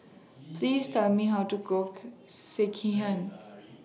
Please Tell Me How to Cook Sekihan